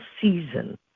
season